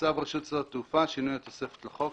צו רשות שדות התעופה (שינוי התוספת לחוק),